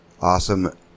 awesome